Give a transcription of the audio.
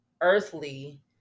earthly